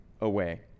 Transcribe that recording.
away